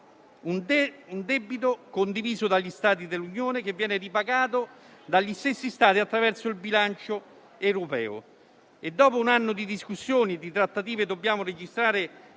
un debito condiviso dagli Stati dell'Unione che viene ripagato dagli stessi Stati attraverso il bilancio europeo e dopo un anno di discussioni e di trattative dobbiamo registrare